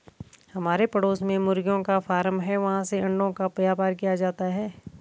हमारे पड़ोस में मुर्गियों का फार्म है, वहाँ से अंडों का व्यापार किया जाता है